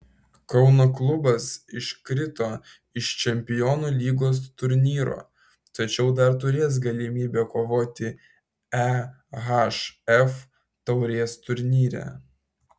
kauno klubas iškrito iš čempionų lygos turnyro tačiau dar turės galimybę kovoti ehf taurės turnyre